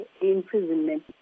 imprisonment